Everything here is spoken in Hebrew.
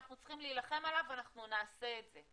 אנחנו צריכים להילחם עליו ואנחנו נעשה את זה,